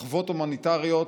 מחוות הומניטריות